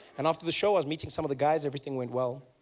and after the show i was meeting some of the guys, everything went well.